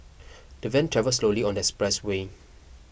the van travelled slowly on the expressway